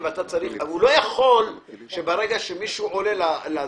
הוא לא יכול שברגע שמישהו עולה לאוטובוס,